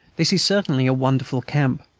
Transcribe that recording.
this is certainly a wonderful camp.